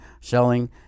selling